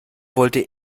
wollte